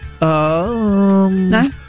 No